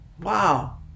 Wow